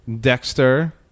Dexter